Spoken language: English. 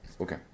Okay